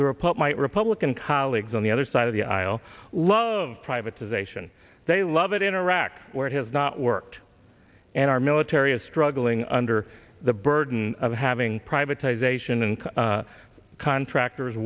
puppet republican colleagues on the other side of the aisle love privatization they love it in iraq where it has not worked and our military is struggling under the burden of having privatization and contractors